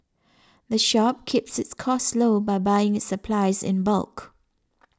the shop keeps its costs low by buying its supplies in bulk